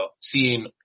seeing